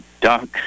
duck